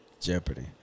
Jeopardy